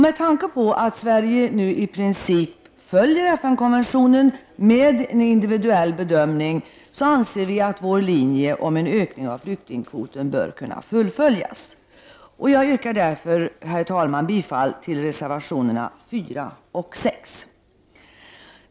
Med tanke på att Sverige nu i princip följer FN-konventionen med en individuell bedömning anser vi att vår linje om en ökning av flyktingkvoten bör kunna fullföljas. Herr talman! Jag yrkar bifall till reservationerna 4 och 6.